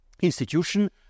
institution